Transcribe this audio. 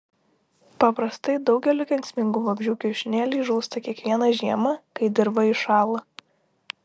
paprastai daugelio kenksmingų vabzdžių kiaušinėliai žūsta kiekvieną žiemą kai dirva įšąla